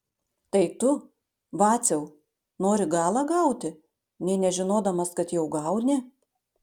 tai tu vaciau nori galą gauti nė nežinodamas kad jau gauni